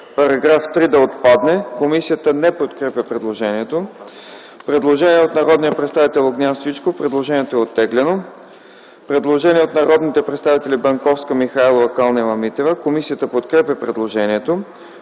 Местан § 3 да отпадне. Комисията не подкрепя предложението. Предложение от народния представител Огнян Стоичков. Предложението е оттеглено. Предложение от народните представители Банковска, Михайлова и Калнева-Митева. Комисията подкрепя предложението.